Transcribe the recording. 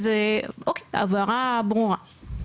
אז אוקיי, ההבהרה ברורה.